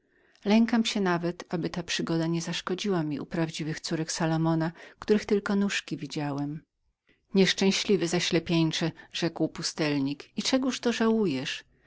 lękam się nawet aby ta przygoda nie zaszkodziła mi u prawdziwych córek salomona których tylko nóżki widziałem nieszczęśliwy zaślepieńcze rzekł pustelnik i czegóż to żałujesz